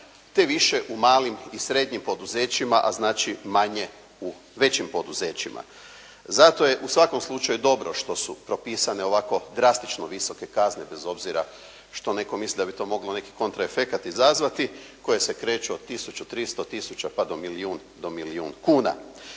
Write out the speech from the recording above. te više u malim i srednjim poduzećima, a znači manje u većim poduzećima. Zato je u svakom slučaju dobro što su propisane ovako drastično visoke kazne bez obzira što netko misli da bi to moglo neki kontra efekat izazvati, koje se kreću od tisuću 300 tisuća pa do milijun kuna.